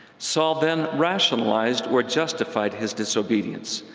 saul then rationalized or justified his disobedience,